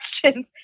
questions